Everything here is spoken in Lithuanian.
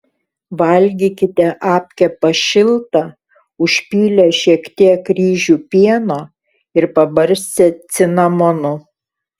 valgykite apkepą šiltą užpylę šiek tiek ryžių pieno ir pabarstę cinamonu